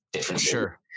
Sure